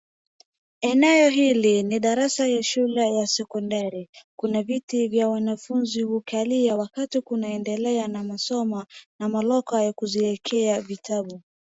Eneo hili ni darasa ya shule ya sekondari. Kuna viti vya wanafunzi hukalia wakati kunaendelea na masomo na malocker ya kuziekea vitabu.